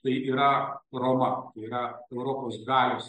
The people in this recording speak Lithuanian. tai yra roma yra europos galios